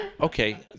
Okay